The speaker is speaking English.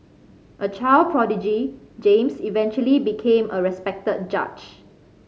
a child prodigy James eventually became a respected judge